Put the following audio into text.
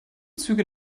züge